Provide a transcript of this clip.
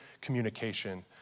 communication